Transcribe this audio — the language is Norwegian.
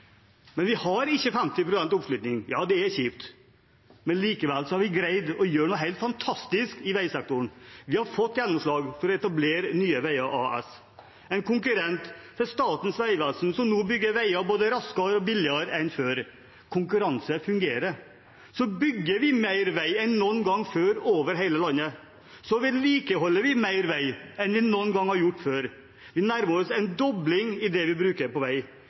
Men vi har ikke 50 pst. oppslutning. Ja, det er kjipt, men likevel har vi greid å gjøre noe helt fantastisk i veisektoren; vi har fått gjennomslag for å etablere Nye Veier AS – en konkurrent til Statens vegvesen, og som nå bygger veier både raskere og billigere enn det ble gjort før. Konkurranse fungerer. Vi bygger mer vei enn noen gang før over hele landet. Vi vedlikeholder mer vei enn vi noen gang har gjort før. Vi nærmer oss en dobling i det vi bruker på vei.